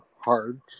hard